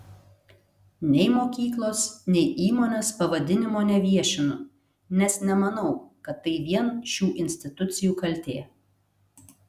nei mokyklos nei įmonės pavadinimo neviešinu nes nemanau kad tai vien šių institucijų kaltė